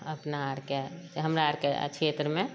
अपना आरके हमरा आरके क्षेत्रमे